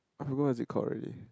I forgot what is it call already